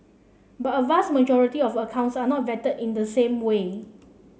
but a vast majority of accounts are not vetted in the same way